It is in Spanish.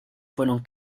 fueron